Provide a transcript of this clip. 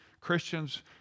Christians